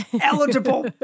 eligible